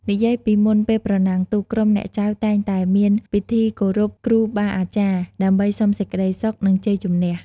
និយាយពីមុនពេលប្រណាំងទូក ក្រុមអ្នកចែវតែងតែមានពិធីគោរពគ្រូបាអាចារ្យ ដើម្បីសុំសេចក្ដីសុខ និងជ័យជំនះ។